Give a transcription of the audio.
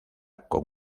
con